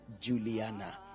Juliana